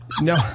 No